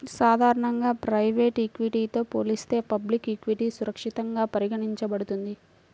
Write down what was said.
సాధారణంగా ప్రైవేట్ ఈక్విటీతో పోలిస్తే పబ్లిక్ ఈక్విటీ సురక్షితంగా పరిగణించబడుతుంది